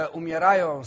umierają